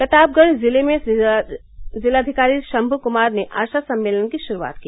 प्रतापगढ़ जिले में जिलाधिकारी शम्मू कुमार ने आशा सम्मेलन की शुरूआत की